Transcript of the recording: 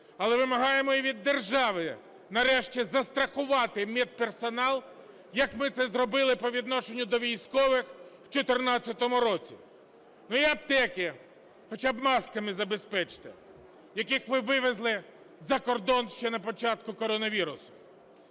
Але вимагаємо і від держави нарешті застрахувати медперсонал, як ми це зробили по відношенню до військових у 14-му році. Ну, і аптеки хоча б масками забезпечте, яких ви вивезли за кордон ще на початку коронавірусу.